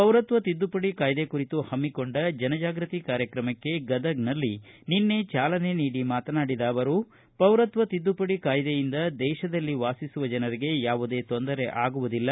ಪೌರತ್ವ ತಿದ್ದುಪಡಿ ಕಾಯ್ದೆ ಕುರಿತು ಹಮ್ಮಿಕೊಂಡ ಜನಜಾಗೃತಿ ಕಾರ್ಯಕ್ರಮಕ್ಕೆ ಗದಗನಲ್ಲಿ ನಿನ್ನೆ ಚಾಲನೆ ನೀಡಿ ಮಾತನಾಡಿದ ಅವರು ಪೌರತ್ವ ತಿದ್ದುಪಡಿ ಕಾಯ್ದೆಯಿಂದ ದೇಶದಲ್ಲಿ ವಾಸಿಸುವ ಜನರಿಗೆ ಯಾವುದೇ ತೊಂದರೆ ಆಗುವುದಿಲ್ಲ